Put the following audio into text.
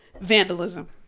vandalism